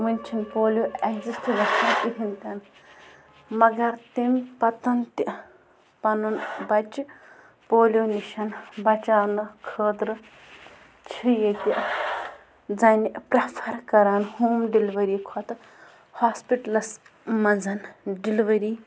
وۄنۍ چھِنہٕ polio exist گژھان کِہیٖنۍ تہِ نہٕ مگر تَمہِ پَتہٕ تہِ پَنُن بَچہِ پولیو نِش بچاونہٕ خٲطرٕ چھِ ییٚتہِ زَنہِ پرٛٮ۪فر کران ہوم ڈِلؤری کھۄتہٕ ہاسپِٹلَس منٛز ڈِلؤری